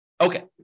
Okay